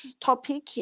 topic